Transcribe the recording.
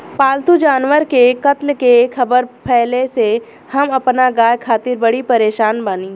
पाल्तु जानवर के कत्ल के ख़बर फैले से हम अपना गाय खातिर बड़ी परेशान बानी